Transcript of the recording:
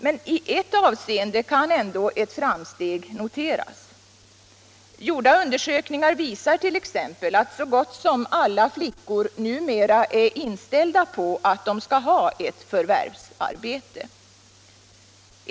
Men i ett avseende kan ändå ett framsteg noteras. Gjorda undersökningar visar t.ex. att så gott som alla flickor numera är inställda = på att de skall ha ett förvärvsarbete.